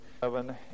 seven